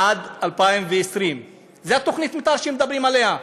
עד 2020. זו תוכנית המתאר שמדברים עליה.